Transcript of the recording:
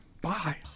Bye